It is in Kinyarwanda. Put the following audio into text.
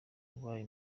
ubaye